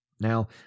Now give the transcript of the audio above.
Now